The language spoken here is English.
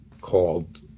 called